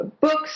books